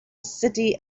city